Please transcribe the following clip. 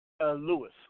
Lewis